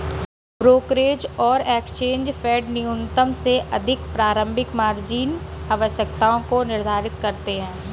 brokerage और exchange फेडन्यूनतम से अधिक प्रारंभिक मार्जिन आवश्यकताओं को निर्धारित करते हैं